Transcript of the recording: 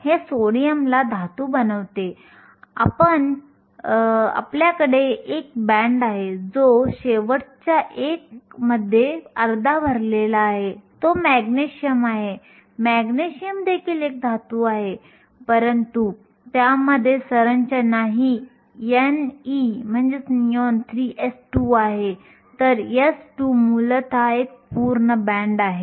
जर आपण ही अभिव्यक्ती पाहिली तर प्रमाण जास्त असेल म्हणून n आणि p जास्त तर गतिशीलता जास्त असते